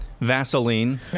Vaseline